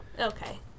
Okay